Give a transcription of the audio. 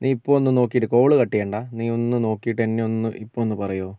നീ ഇപ്പോൾ ഒന്ന് നോക്കിയിട്ട് കോൾ കട്ട് ചെയ്യണ്ട നീ ഒന്ന് നോക്കിയിട്ട് എന്നെ ഒന്ന് ഇപ്പോൾ ഒന്ന് പറയോ